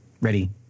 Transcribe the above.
Ready